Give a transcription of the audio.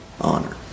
honor